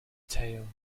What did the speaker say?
tale